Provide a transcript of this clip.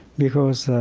because